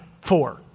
four